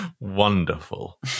Wonderful